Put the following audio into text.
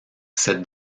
cette